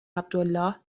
عبدالله